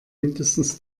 mindestens